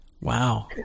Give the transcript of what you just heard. Wow